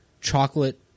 chocolate